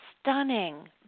stunning